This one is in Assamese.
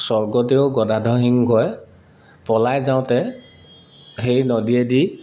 স্বৰ্গদেউ গদাধৰ সিংহই পলাই যাওঁতে সেই নদীয়েদি